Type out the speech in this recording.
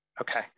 Okay